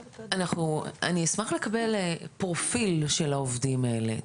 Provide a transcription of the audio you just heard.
אני אשמח לקבל פרופיל של העובדים האלה.